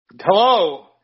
Hello